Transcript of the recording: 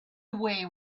away